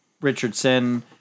Richardson